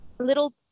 little